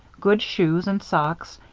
good shoes and socks,